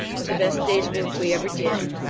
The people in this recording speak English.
of the best day's work we ever did.